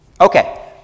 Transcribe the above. Okay